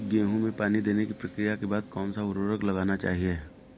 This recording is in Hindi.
गेहूँ में पानी देने की प्रक्रिया के बाद कौन सा उर्वरक लगाना चाहिए?